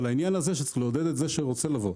העניין הוא שצריך לעודד את מי שרוצה לבוא.